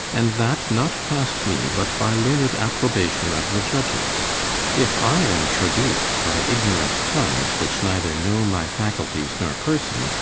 and that not past me, but by learned approbation of the iudges if i am traduc'd by ignorant tongues, which neither know my faculties nor person,